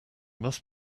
must